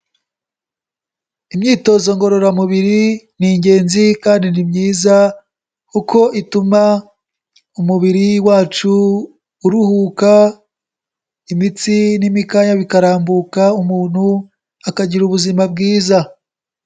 Imyitozo ngororamubiri ni ingenzi kandi ni myiza kuko ituma umubiri wacu uruhuka, imitsi n'imikaya bikarambuka umuntu akagira ubuzima bwiza.